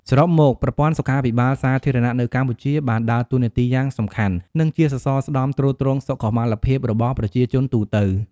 សរុបមក ប្រព័ន្ធសុខាភិបាលសាធារណៈនៅកម្ពុជាបានដើរតួនាទីយ៉ាងសំខាន់ និងជាសសរស្តម្ភទ្រទ្រង់សុខុមាលភាពរបស់ប្រជាជនទូទៅ។